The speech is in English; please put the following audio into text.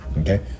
Okay